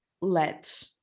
let